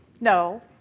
No